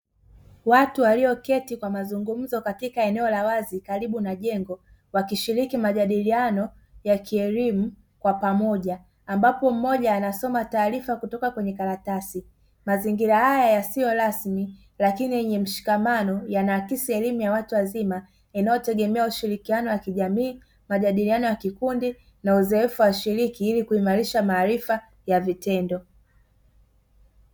Watu walioketi kwa mazungumzo katika eneo la wazi karibu na jengo wakishiriki majadiliano ya kielimu kwa pamoja ambapo mmoja anasoma taarifa kutoka kwenye karatasi. Mazingira haya yasiyo rasmi lakini yenye mshikamano yanaakisi elimu ya watu wazima inayotegemea ushirikiano wa kijamii, majadiliano ya kikundi na uzoefu wa washiriki ili kuimarisha maarifa ya vitendo.